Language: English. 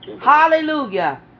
hallelujah